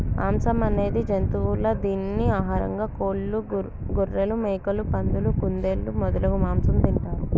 మాంసం అనేది జంతువుల దీనిని ఆహారంగా కోళ్లు, గొఱ్ఱెలు, మేకలు, పందులు, కుందేళ్లు మొదలగు మాంసం తింటారు